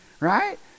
Right